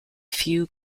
few